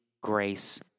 grace